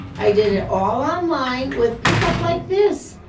i did ah all online with pick up like this.